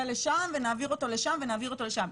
לשם ונעביר אותו לשם ונעביר אותו לשם.